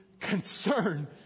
concern